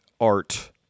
art